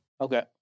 Okay